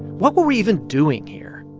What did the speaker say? what were we even doing here?